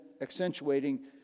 accentuating